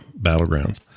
Battlegrounds